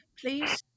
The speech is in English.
please